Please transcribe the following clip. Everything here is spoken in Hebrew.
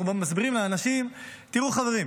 אנחנו מסבירים לאנשים: תראו, חברים,